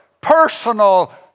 personal